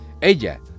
ella